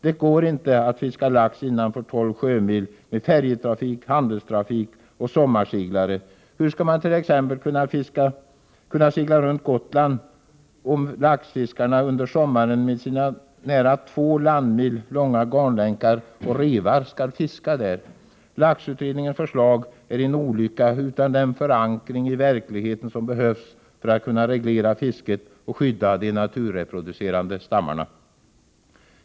Det går inte att fiska lax innanför 12 sjömil, där det är färjetrafik, handelstrafik och sommarseglare. Hur skall mant.ex. kunna segla Gotland runt, om laxfiskarna med sina nära 2 landmil långa garnlänkar och revar skall fiska där under sommaren? Laxutredning ens förslag är en olycka utan den förankring i verkligheten som behövs för att man skall kunna reglera fisket och skydda de naturreproducerande stammarna.